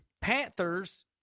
Panthers